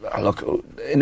look